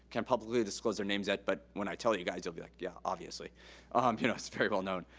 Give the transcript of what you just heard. can't publicly disclose their names yet, but when i tell you guys, you'll be like, yeah, obviously. you know it's very well known.